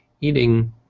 eating